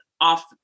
off